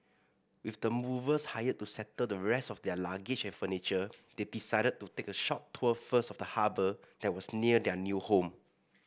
with the movers hired to settle the rest of their luggage and furniture they decided to take a short tour first of the harbour that was near their new home